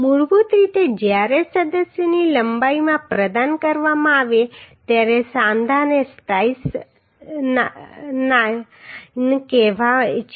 મૂળભૂત રીતે જ્યારે સદસ્યની લંબાઈમાં પ્રદાન કરવામાં આવે ત્યારે સાંધાને સ્પ્લાઈસ કહેવાય છે